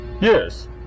Yes